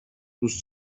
nous